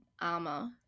armor